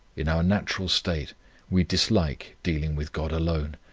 in our natural state we dislike dealing with god alone.